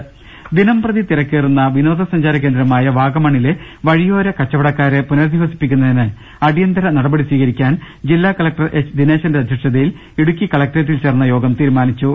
രദേഷ്ടെടു ദി നം പ്രതി തിരിക്കേറുന്ന വി നോദ സഞ്ചാര കേറ്ര്ദ്രമായ വാഗമണിലെ വഴിയോര കച്ചവടക്കാരെ പുനരധിവസിപ്പിക്കുന്നതിന് അടിയ ന്തിര നടപടി സ്വീകരിക്കാൻ ജില്ലാ കലക്ടർ എച്ച് ദിനേശന്റെ അധ്യക്ഷത യിൽ ഇടുക്കി കലക്ടറേറ്റിൽ ചേർന്ന യോഗം തീരുമാനിച്ചു